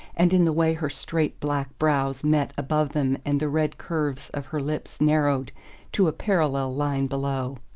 and in the way her straight black brows met above them and the red curves of her lips narrowed to a parallel line below.